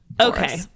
Okay